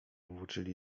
włóczyli